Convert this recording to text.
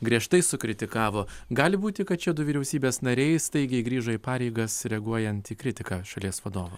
griežtai sukritikavo gali būti kad šie du vyriausybės nariai staigiai grįžo į pareigas reaguojant į kritiką šalies vadovo